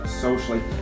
socially